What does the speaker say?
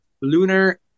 lunar